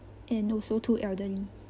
and also two elderly